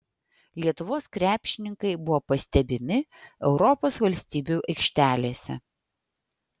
lietuvos krepšininkai buvo pastebimi europos valstybių aikštelėse